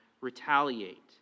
retaliate